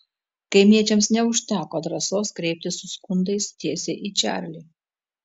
kaimiečiams neužteko drąsos kreiptis su skundais tiesiai į čarlį